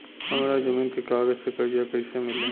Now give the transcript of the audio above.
हमरा जमीन के कागज से कर्जा कैसे मिली?